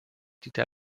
dieter